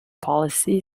policy